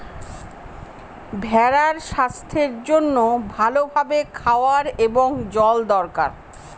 ভেড়ার স্বাস্থ্যের জন্য ভালো ভাবে খাওয়ার এবং জল দরকার